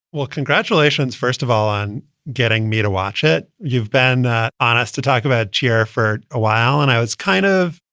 well, congratulations, first of all, all, on getting me to watch it. you've been on us to talk about cheer for a while. and i was kind of,